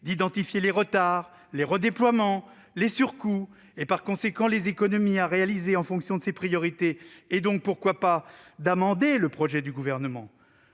d'identifier les retards, les redéploiements et les surcoûts et, donc, les économies à réaliser en fonction de ces priorités., c'est la possibilité d'amender le projet du Gouvernement